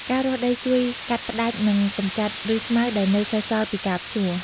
ការរាស់ដីជួយកាត់ផ្តាច់និងកម្ចាត់ឬសស្មៅដែលនៅសេសសល់ពីការភ្ជួរ។